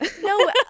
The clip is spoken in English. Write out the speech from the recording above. no